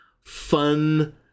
fun